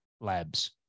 Labs